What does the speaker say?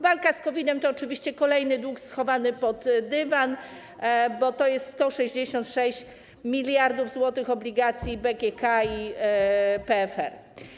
Walka z COVID-em to oczywiście kolejny dług schowany pod dywan, bo to jest 166 mld zł obligacji BGK i PFR.